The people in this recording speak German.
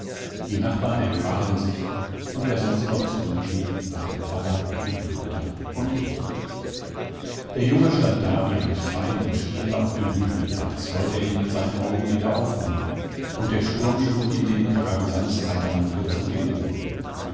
die nachbarn empfahlen sich und wer noch zurückblieb war der pfarrer und lothar und ich der junge stand da wie ein stein und stierte auf den hügel als wollt er ihn mit seinen augen wieder aufwühlen und der sturm schlug ihm den kragen seines reitermantels um die ohren